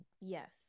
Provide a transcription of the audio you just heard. Yes